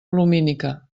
lumínica